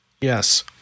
Yes